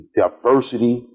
diversity